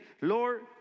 Lord